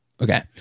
Okay